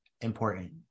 important